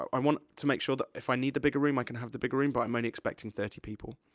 i want to make sure that, if i need the bigger room, i can have the bigger room, but i'm only expecting thirty people.